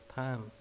time